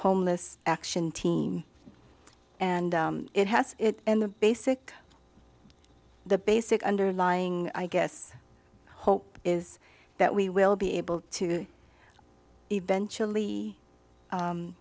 homeless action team and it has and the basic the basic underlying i guess hope is that we will be able to eventually